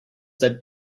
that